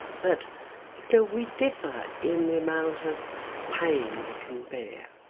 but you know we differ in the amount of pain we can bear.